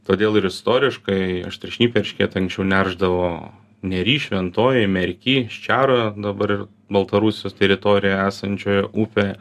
todėl ir istoriškai aštriašnipiai eršketai anksčiau neršdavo nery šventojoj merky ščiaroj dabar ir baltarusijos teritorijoj esančioje upėj